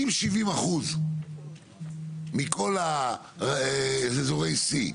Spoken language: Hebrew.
אם 70% מכל אזורי C,